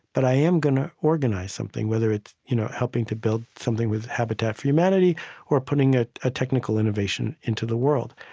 but i am going to organize something, whether it's you know helping to build something with habitat for humanity or putting a technical innovation into the world.